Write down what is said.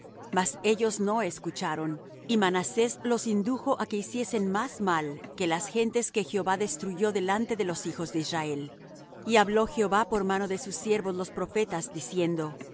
mas ellos no escucharon y manasés los indujo á que hiciesen más mal que las gentes que jehová destruyó delante de los hijos de israel y habló jehová por mano de sus siervos los profetas diciendo